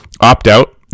opt-out